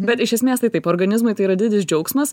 bet iš esmės tai taip organizmui tai yra didis džiaugsmas